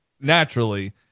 naturally